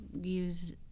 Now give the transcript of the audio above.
use